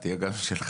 תהיה גם שלך.